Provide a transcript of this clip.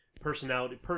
personality